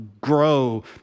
grow